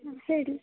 ಹ್ಞು ಹೇಳಿ